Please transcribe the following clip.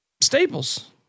Staples